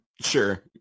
Sure